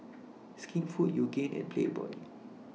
Skinfood Yoogane and Playboy